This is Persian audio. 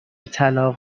طلاق